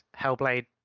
Hellblade